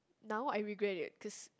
now I regret it cause